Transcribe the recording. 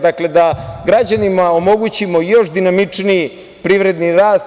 Dakle, da građanima omogućimo još dinamičniji privredni rast.